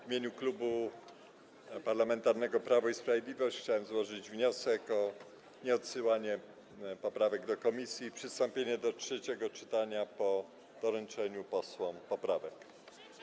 W imieniu Klubu Parlamentarnego Prawo i Sprawiedliwość chciałbym złożyć wniosek o nieodsyłanie poprawek do komisji i przystąpienie do trzeciego czytania po doręczeniu posłom poprawek.